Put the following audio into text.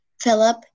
Philip